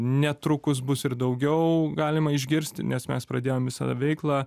netrukus bus ir daugiau galima išgirsti nes mes pradėjom visą veiklą